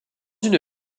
une